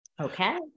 Okay